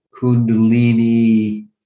Kundalini